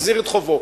החזיר את חובו.